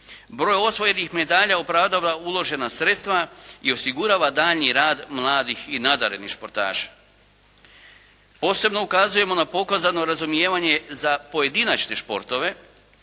Broj osvojenih medalja opravdava uložena sredstva i osigurava daljnji rad mladih i nadarenih športaša. Posebno ukazujemo na pokazano razumijevanje za pojedinačne športove